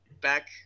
back